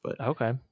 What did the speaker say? Okay